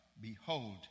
behold